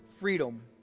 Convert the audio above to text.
freedom